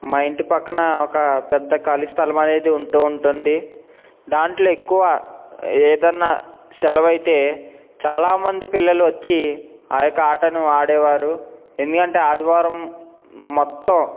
మా ఇంటి ప్రక్కన ఒక పెద్ద ఖాళీ స్థలం అనేది ఉంటూ ఉంటుంది దాంట్లో ఎక్కువ ఏదైనా సెలవు అయితే చాలా మంది పిల్లలు వచ్చి ఆ యొక్క ఆటను ఆడేవారు ఎందుకంటే ఆదివారం మొత్తం